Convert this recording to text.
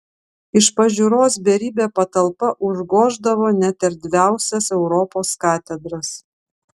iš pažiūros beribė patalpa užgoždavo net erdviausias europos katedras